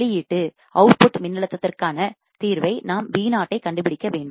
வெளியீட்டுஅவுட்புட் மின்னழுத்தத்திற்கான வோல்டேஜ் தீர்வை நாம் Vo ஐக் கண்டுபிடிக்க வேண்டும்